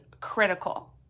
critical